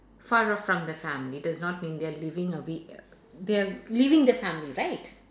far off from the family does not mean they are leaving aw~ they are leaving the family right